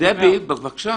דווקא